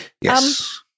Yes